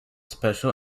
special